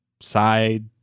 side